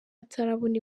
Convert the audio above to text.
atarabona